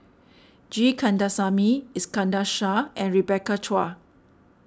G Kandasamy Iskandar Shah and Rebecca Chua